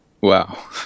Wow